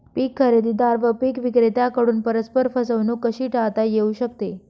पीक खरेदीदार व पीक विक्रेत्यांकडून परस्पर फसवणूक कशी टाळता येऊ शकते?